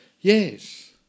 Yes